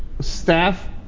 staff